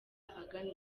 agana